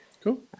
Cool